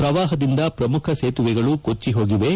ಪ್ರವಾಪದಿಂದ ಪ್ರಮುಖ ಸೇತುವೆಗಳು ಕೊಜ್ಜಮೋಗಿವೆ